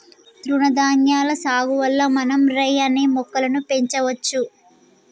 తృణధాన్యాల సాగు వల్ల మనం రై అనే మొక్కలను పెంచవచ్చు